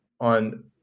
on